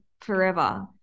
forever